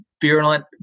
virulent